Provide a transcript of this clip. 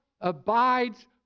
abides